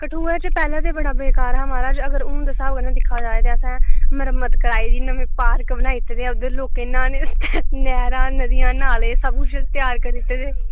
कठुआ च पैह्लें ते बड़ा बेकार हा म्हाराज पर हून ते अगर हून दे स्हाब कन्नै दिक्खेआ जा ते असें मरम्मत कराई दी नमें पार्क बनाई दित्ते दे उद्धर न्हानै आस्तै नैह्रां नालै सबकुछ त्यार करी दित्ते दे